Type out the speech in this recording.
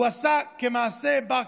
הוא עשה כמעשה בר כוכבא,